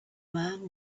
man